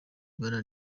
ibara